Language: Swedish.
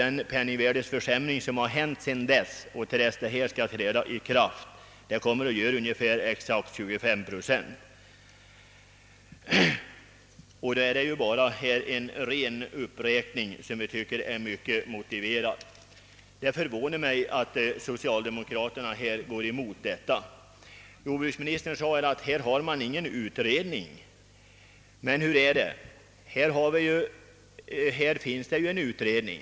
Dem penningvärdeförsämring som har inträffat sedan dess och tills detta förslag skulle träda i kraft motsvarar ungefär 25 procent. Det innebär att det bara är fråga om en ren uppräkning, vilket vi tycker är mycket motiverat. Jag förvånar mig över att socialdemokraterna går emot detta förslag. Jordbruksministern sade att det inte föreligger någon utredning på denna punkt. Nej, det finns det inte och inte är det erforderligt heller.